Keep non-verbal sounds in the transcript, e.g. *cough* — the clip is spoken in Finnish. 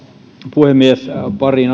puhemies pariin *unintelligible*